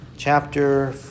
Chapter